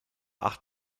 acht